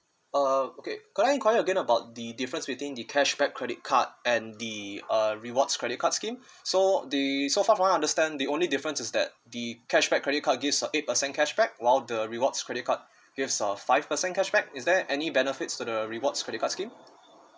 uh okay can I enquire again about the difference between the cashback credit card and the uh rewards credit cards scheme so the so far for my understand the only difference is that the cashback credit card gives a eight percent cashback while the rewards credit card gives of five percent cashback is there any benefits to the rewards credit card scheme